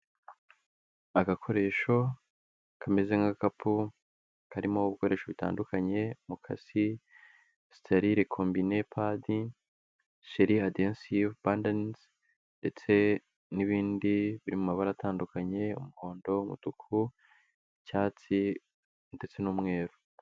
Agakoresho kameze nk'akapu karimo ibikoresho bitandukanye: umukasi, siterire kombine padi, sheri adenisi bandanise, ndetse n'ibindi biri mumabara atandukanye: umuhondo, umutuku, icyatsi ndetse n'umweru.